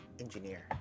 Engineer